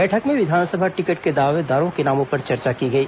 बैठक में विधानसभा टिकट के दावेदारों के नाम पर चर्चा की गई